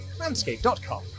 landscape.com